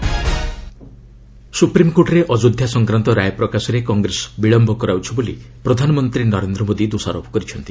PM interview ସ୍ରପ୍ରିମକୋର୍ଟରେ ଅଯୋଧ୍ୟା ସଂକ୍ରାନ୍ତ ରାୟ ପ୍ରକାଶରେ କଂଗ୍ରେସ ବିଳୟ କରାଉଛି ବୋଲି ପ୍ରଧାନମନ୍ତ୍ରୀ ନରେନ୍ଦ୍ର ମୋଦି ଦୋଷାରୋପ କରିଛନ୍ତି